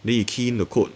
then you key in the code